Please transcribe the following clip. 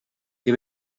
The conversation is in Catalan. que